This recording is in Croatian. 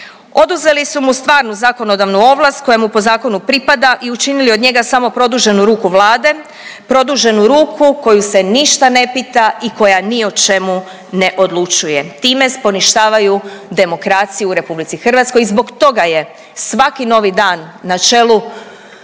Oduzeli su mu stvarnu zakonodavnu ovlast koja mu po zakonu pripada i učinili od njega samo produženu ruku Vlade, produženu ruku koju se ništa ne pita i koja ni o čemu ne odlučuju, time poništavaju demokraciju u RH i zbog toga je svaki novi dan na čelu, na